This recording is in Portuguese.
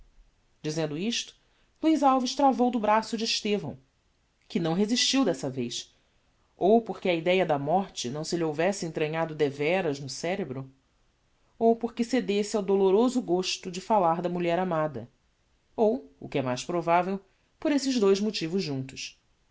dizendo isto luiz alves travou do braço de estevão que não resistiu dessa vez ou porque a ideia da morte não se lhe houvesse entranhado deveras no cerebro ou porque cedesse ao doloroso gosto de falar da mulher amada ou o que é mais provavel por esses dous motivos juntos